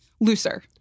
looser